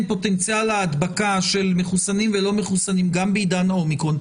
פוטנציאל ההדבקה של מחוסנים ולא מחוסנים גם בעידן ה-אומיקרון,